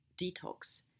detox